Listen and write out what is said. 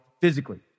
physically